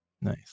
Nice